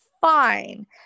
fine